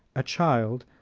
a child,